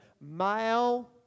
male